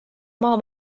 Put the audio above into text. maa